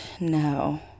No